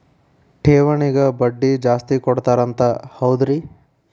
ಠೇವಣಿಗ ಬಡ್ಡಿ ಜಾಸ್ತಿ ಕೊಡ್ತಾರಂತ ಹೌದ್ರಿ?